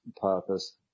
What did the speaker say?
purpose